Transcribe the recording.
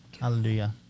hallelujah